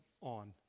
on